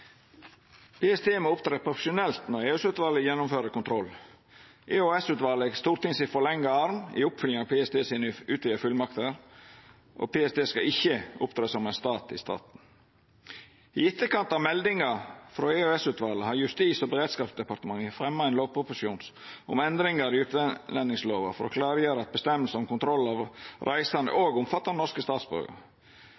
når EOS-utvalet gjennomfører kontroll. EOS-utvalet er Stortinget sin forlenga arm i oppfylginga av PSTs utvida fullmakter, og PST skal ikkje opptre som ein stat i staten. I etterkant av meldinga frå EOS-utvalet har Justis- og beredskapsdepartementet fremja ein lovproposisjon om endringar i utlendingslova for å klargjera at føresegner om kontroll av reisande